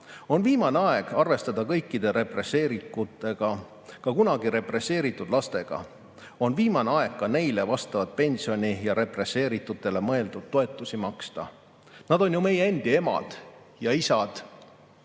On viimane aeg arvestada kõikide represseeritutega, ka kunagi represseeritud lastega. On viimane aeg ka neile vastavat pensioni ja represseeritutele mõeldud toetusi maksta. Nad on ju meie endi emad ja isad,